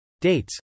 Dates